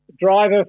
driver